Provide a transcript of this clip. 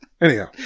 Anyhow